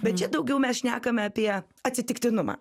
bet čia daugiau mes šnekame apie atsitiktinumą